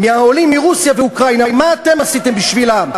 העולים מרוסיה ואוקראינה, מה אתם עשיתם בשבילם?